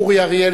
אורי אריאל,